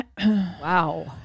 Wow